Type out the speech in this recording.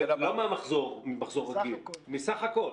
לא ממחזור רגיל, מהסך הכול,